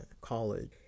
college